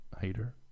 hater